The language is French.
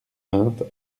vingt